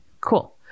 Cool